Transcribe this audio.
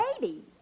baby